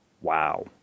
wow